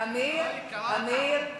עמיר, עמיר.